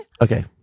Okay